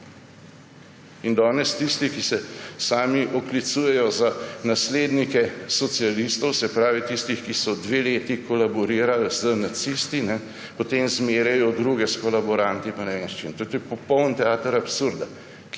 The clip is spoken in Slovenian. Danes tisti, ki se sami oklicujejo za naslednike socialistov, se pravi tistih, ki so dve leti kolaborirali z nacisti, potem zmerjajo druge s kolaboranti in ne vem s čim. To je popoln teater absurda,